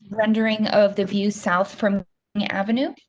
rendering of the view south from avenue.